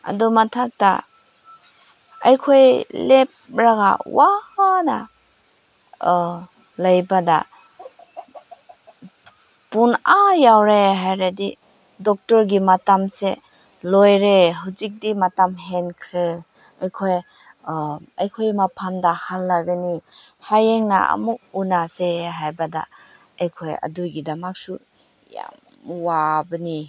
ꯑꯗꯨ ꯃꯊꯛꯇ ꯑꯩꯈꯣꯏ ꯂꯦꯞꯄꯒ ꯋꯥꯅ ꯂꯩꯕꯗ ꯄꯨꯡ ꯑꯥ ꯌꯧꯔꯦ ꯍꯥꯏꯔꯗꯤ ꯗꯣꯛꯇꯔꯒꯤ ꯃꯇꯝꯁꯦ ꯂꯣꯏꯔꯦ ꯍꯧꯖꯤꯛꯇꯤ ꯃꯇꯝ ꯍꯦꯟꯈ꯭ꯔꯦ ꯑꯩꯈꯣꯏ ꯑꯩꯈꯣꯏ ꯃꯐꯝꯗ ꯍꯜꯂꯒꯅꯤ ꯍꯌꯦꯡꯅ ꯑꯃꯨꯛ ꯎꯅꯁꯦ ꯍꯥꯏꯕꯗ ꯑꯩꯈꯣꯏ ꯑꯗꯨꯒꯤꯗꯃꯛꯁꯨ ꯌꯥꯝ ꯋꯥꯕꯅꯤ